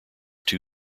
two